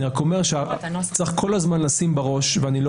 אני רק אומר שצריך כל הזמן לשים בראש ואני לא